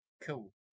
Cool